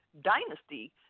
dynasty